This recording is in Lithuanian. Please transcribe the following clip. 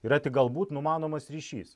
yra tik galbūt numanomas ryšys